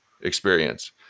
experience